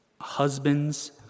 husbands